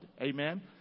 amen